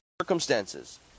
circumstances